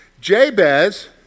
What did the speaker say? Jabez